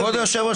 כבוד היושב-ראש,